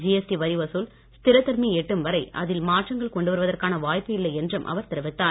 GST வரி வசூல் ஸ்திர தன்மையை எட்டும் வரை அதில் மாற்றங்கள் கொண்டு வருவதற்கான வாய்ப்பு இல்லை என்றும் அவர் தெரிவித்தார்